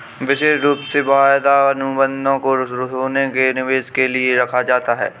विशेष रूप से वायदा अनुबन्धों को सोने के निवेश के लिये रखा जाता है